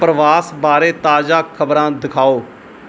ਪ੍ਰਵਾਸ ਬਾਰੇ ਤਾਜ਼ਾ ਖ਼ਬਰਾਂ ਦਿਖਾਓ